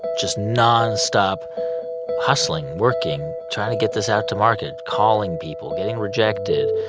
just nonstop hustling, working, trying to get this out to market, calling people, getting rejected,